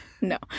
No